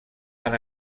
han